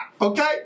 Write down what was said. okay